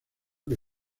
que